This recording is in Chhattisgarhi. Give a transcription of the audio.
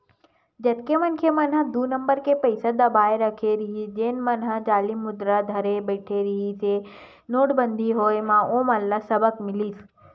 जतेक मनखे मन ह दू नंबर के पइसा दबाए रखे रहिस जेन मन ह जाली मुद्रा धरे बइठे रिहिस हे नोटबंदी के होय म ओमन ल सबक मिलिस